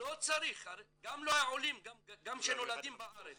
גם לא עולים, גם כאלה שנולדים בארץ.